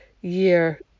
year